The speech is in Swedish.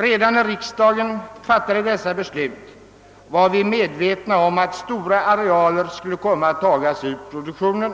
Redan när riksdagen fattade besluten var vi medvetna om att stora arealer skulle komma att tagas ur produktionen.